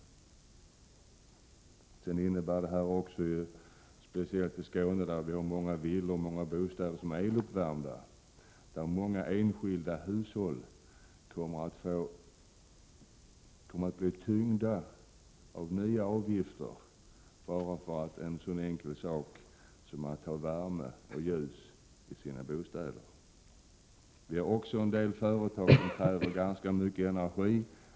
Dessutom innebär detta beslut, särskilt för Skåne, där man har många villor och andra bostäder som är eluppvärmda, att många enskilda hushåll kommer att bli tyngda av nya avgifter för något så vardagligt som värme och ljus. Det finns också en del företag som kräver ganska mycket energi.